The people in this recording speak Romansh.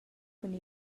cun